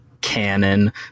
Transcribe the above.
canon